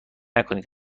نکنید